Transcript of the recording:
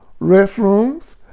restrooms